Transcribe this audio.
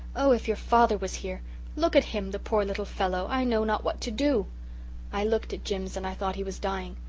oh, if your father was here look at him, the poor little fellow! i know not what to do i looked at jims and i thought he was dying.